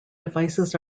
devices